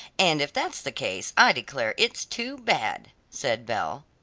and if that's the case, i declare it's too bad, said belle.